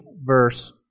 verse